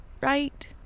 right